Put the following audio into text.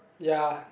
ya